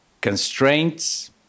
constraints